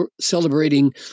celebrating